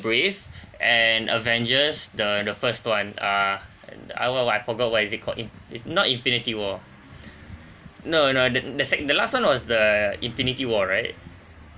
brave and avengers the the first one err and oh no I forgot what is it called infi~ not infinity war no no the the sec~ the last [one] was the infinity war right